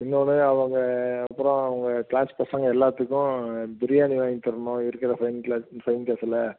இன்னொன்று அவங்க அப்புறம் அவங்க க்ளாஸ் பசங்கள் எல்லாத்துக்கும் பிரியாணி வாங்கித் தரணும் இருக்கிற ஃபைன் கிளா ஃபைன் காசில்